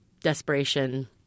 desperation